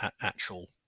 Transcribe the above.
actual